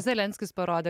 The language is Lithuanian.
zelenskis parodė